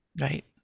Right